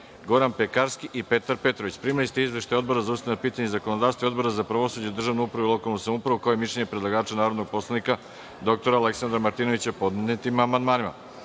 Goran Pekarski i Petar Petrović. Primili ste izveštaj Odbora za ustavna pitanja i zakonodavstvo i Odbora za pravosuđe, državnu upravu i lokalnu samoupravu, kao i mišljenje narodnog poslanika dr Aleksandra Martinovića po podnetim amandmanima. Pošto